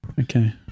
Okay